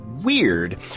weird